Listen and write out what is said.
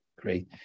Great